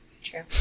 True